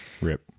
Rip